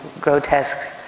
grotesque